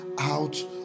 out